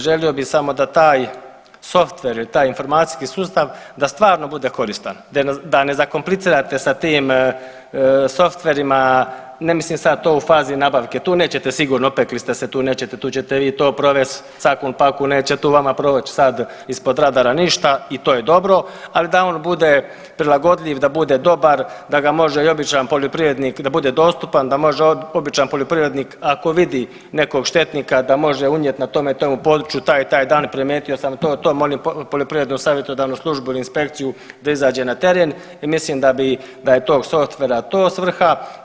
Želio bi samo da toj softver i taj informacijski sustav da stvarno bude koristan da ne zakomplicirate s tim softverima, ne mislim sad to u fazi nabavke, tu nećete sigurno opekli ste se, tu nećete, tu ćete vi to provest cakum pakum, neće tu vam proć sad ispod radara ništa i to je dobro, ali da on bude prilagodljiv, da bude dobar da ga može i običan poljoprivrednik da bude dostupan, da može običan poljoprivrednik ako vidi nekog štetnika da može unijet na tome i tome području, taj i taj dan primijetio sam to i to molim Poljoprivrednu savjetodavnu službu ili inspekciju da izađe na teren i mislim da bi da je tog softvera to svrha.